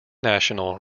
national